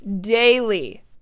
daily